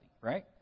right